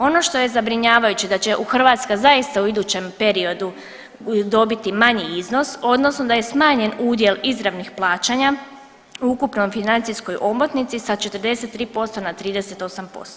Ono što je zabrinjavajuće da će Hrvatska zaista u idućem periodu dobiti manji iznos odnosno da je smanjen udjel izravnih plaćanja u ukupnoj financijskoj omotnici sa 43% na 38%